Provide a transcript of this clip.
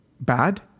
bad